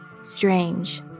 strange